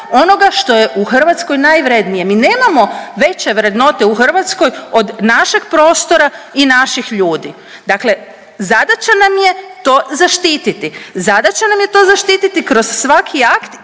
onoga što je u Hrvatskoj najvrijednije. Mi nemamo veće vrednote u Hrvatskog od našeg prostora i naših ljudi. Dakle, zadaća nam je to zaštititi. Zadaća nam je to zaštititi kroz svaki akt